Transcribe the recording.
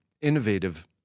innovative